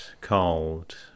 cold